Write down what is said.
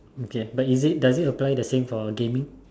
okay but is it does it apply the same for gaming